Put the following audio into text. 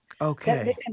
Okay